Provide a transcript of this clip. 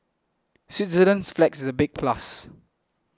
Switzerland's flag is a big plus